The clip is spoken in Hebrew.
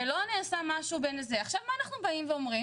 עכשיו אנחנו אומרים